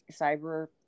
cyber